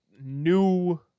new